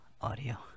audio